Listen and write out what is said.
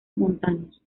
montanos